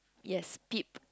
yes beep